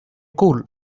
cool